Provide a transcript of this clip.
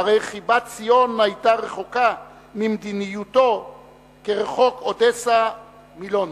והרי חיבת ציון היתה רחוקה ממדיניותו כרחוק אודסה מלונדון."